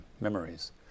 Memories